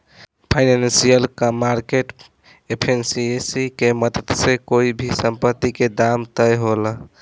financial market efficiency के मदद से कोई भी संपत्ति के दाम तय होला